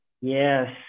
Yes